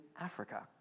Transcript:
Africa